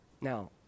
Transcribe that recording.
now